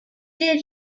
did